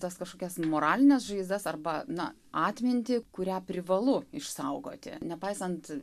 tas kažkokias moralines žaizdas arba na atmintį kurią privalu išsaugoti nepaisant